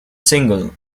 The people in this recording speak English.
single